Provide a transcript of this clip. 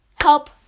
help